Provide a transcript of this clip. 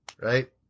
Right